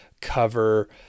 cover